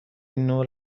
نور